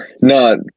no